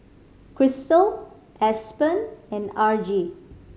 Kristal Aspen and Argie